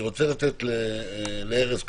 אני רוצה לתת את רשות הדיבור לארז קמיניץ.